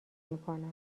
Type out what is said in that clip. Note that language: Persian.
میکنم